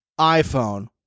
iPhone